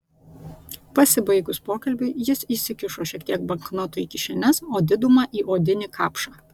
pasibaigus pokalbiui jis įsikišo šiek tiek banknotų į kišenes o didumą į odinį kapšą